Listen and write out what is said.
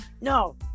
no